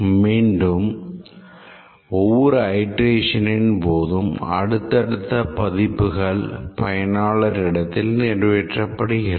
மீண்டும் ஒவ்வொரு அயிட்ரேஷனின் போதும் அடுத்தடுத்த பதிப்புகள் பயனாளர் இடத்தில் நிறைவேற்றப்படுகிறது